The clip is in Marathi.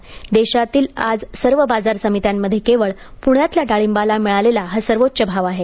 आज देशातील सर्व बाजार समित्यांमध्ये केवळ प्ण्यातल्या डाळिंबाला मिळालेला हा सर्वोच्च भाव आहे